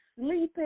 sleeping